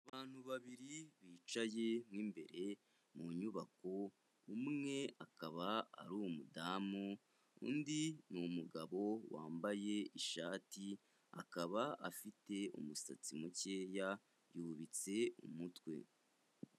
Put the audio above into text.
Abantu babiri bicaye mo imbere mu nyubako, umwe akaba ari umudamu undi ni umugabo wambaye ishati akaba afite umusatsi mukeya, yubitse umutwe.